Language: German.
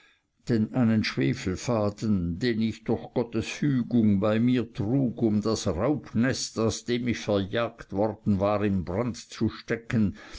einen schwefelfaden den ich durch gottes fügung bei mir trug um das raubnest aus dem ich verjagt worden war in brand zu stecken